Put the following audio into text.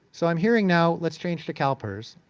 so i'm hearing now, let's change to calpers,